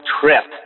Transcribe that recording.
Trip